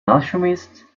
alchemist